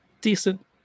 decent